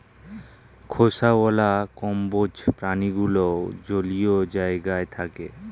খোসাওয়ালা কম্বোজ প্রাণীগুলো জলীয় জায়গায় থাকে